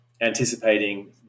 anticipating